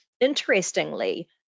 Interestingly